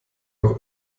auch